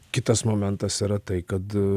kitas momentas yra tai kad